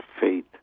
faith